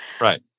Right